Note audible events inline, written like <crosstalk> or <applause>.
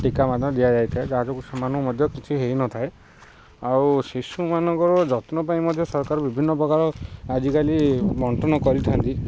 ଟୀକା ମଧ୍ୟ ଦିଆଯାଇଥାଏ ଯାହା <unintelligible> ସେମାନଙ୍କୁ ମଧ୍ୟ କିଛି ହେଇନଥାଏ ଆଉ ଶିଶୁମାନଙ୍କର ଯତ୍ନ ପାଇଁ ମଧ୍ୟ ସରକାର ବିଭିନ୍ନ ପ୍ରକାର ଆଜିକାଲି ବଣ୍ଟନ କରିଥାନ୍ତି